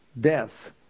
death